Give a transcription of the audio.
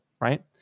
right